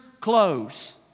close